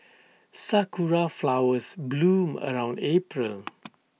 Sakura Flowers bloom around April